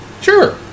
Sure